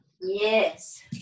yes